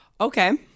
Okay